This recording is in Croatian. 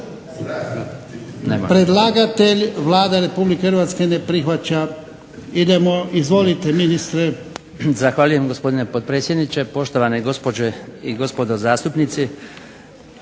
Predlagatelj Vlada Republike Hrvatske ne prihvaća. Izvolite, ministre. **Bačić, Branko (HDZ)** Zahvaljujem, gospodine potpredsjedniče. Poštovane gospođe i gospodo zastupnici.